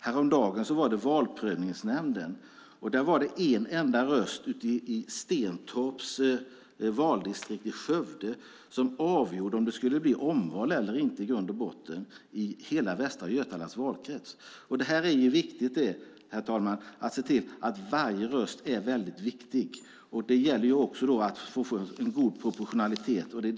Häromdagen togs det upp i Valprövningsnämnden att en enda röst i Stentorps valdistrikt i Skövde avgjorde om det skulle bli omval eller inte i hela västra Götalands valkrets. Herr talman! Det är viktigt att se till att varje röst är viktig. Det gäller att få god proportionalitet.